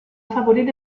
afavorir